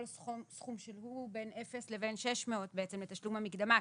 סכום שהוא בין אפס לבין 600 בעצם לתשלום המקדמה,